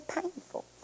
painful